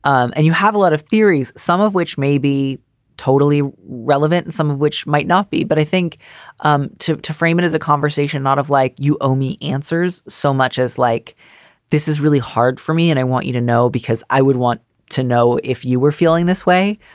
um and you have a lot of theories, some of which may be totally relevant and some of which might not be. but i think um to to frame it as a conversation, not of like you owe me answers so much as like this is really hard for me. and i want you to know because i would want to know if you were feeling this way.